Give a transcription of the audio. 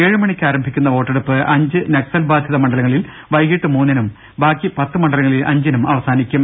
ഏഴു മണിക്ക് ആരംഭിക്കുന്ന വോട്ടെടുപ്പ് അഞ്ച് നക്സൽ ബാധിത മണ്ഡലങ്ങളിൽ വൈകിട്ട് മൂന്നിനും ബാക്കി പത്ത് മണ്ഡലങ്ങളിൽ അഞ്ചിനും അവസാനിക്കും